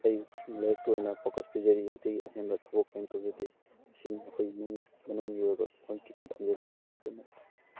ꯑꯩ ꯂꯥꯏꯔꯤꯛꯇ ꯑꯣꯏꯅ ꯐꯣꯀꯁ ꯄꯤꯖꯔꯤ ꯑꯇꯩ ꯑꯍꯦꯟꯕ ꯊꯕꯛ ꯀꯔꯤꯝꯇ ꯇꯧꯖꯗꯦ ꯁꯤꯅꯤ ꯑꯩꯈꯣꯏ ꯏꯃꯨꯡ ꯃꯅꯨꯡꯒꯤ ꯑꯣꯏꯕ ꯄꯣꯏꯟ ꯈꯤꯇꯪ ꯊꯝꯖꯔꯤꯁꯦ ꯑꯩꯒꯤ ꯑꯣꯏꯕ ꯃꯣꯠ